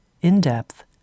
in-depth